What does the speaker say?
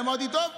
אמרתי: טוב,